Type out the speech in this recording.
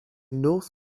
north